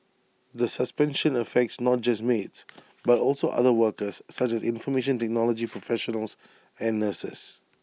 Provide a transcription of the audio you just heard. the suspension affects not just maids but also other workers such as information technology professionals and nurses